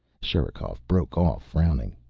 sherikov broke off, frowning.